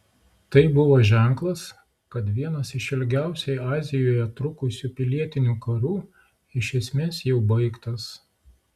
tai buvo ženklas kad vienas iš ilgiausiai azijoje trukusių pilietinių karų iš esmės jau baigtas